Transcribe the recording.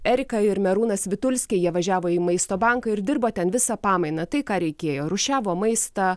erika ir merūnas vitulskiai jie važiavo į maisto banką ir dirbo ten visą pamainą tai ką reikėjo rūšiavo maistą